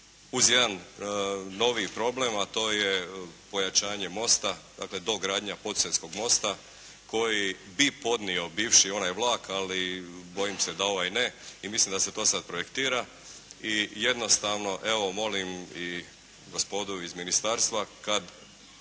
uz jedan novi problem, a to je pojačanje mosta. Dakle, dogradnja podsusedskog mosta koji bi podnio bivši onaj vlak, ali bojim se da ovaj ne i mislim da se to sad projektira i jednostavno evo molim i gospodu iz ministarstva kad